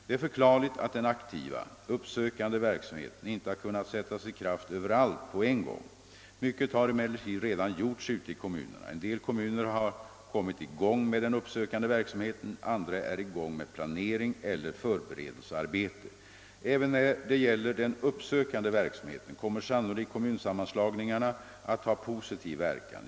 Det är förklarligt att den aktiva, uppsökande verksamheten inte har kunnat sättas i kraft överallt och på en gång. Mycket har emellertid redan gjorts ute i kommunerna. En del kommuner har kommit i gång med den uppsökande verksamheten, andra är i gång med planering eller förberedelsearbete. Även när det gäller den uppsökande verksamheten kommer sannolikt kommunsammanläggningarna att ha positiv verkan.